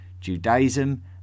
Judaism